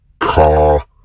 car